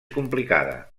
complicada